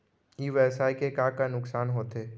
ई व्यवसाय के का का नुक़सान होथे?